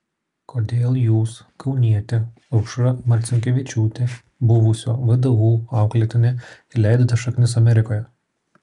kodėl jūs kaunietė aušra marcinkevičiūtė buvusio vdu auklėtinė įleidote šaknis amerikoje